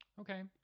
Okay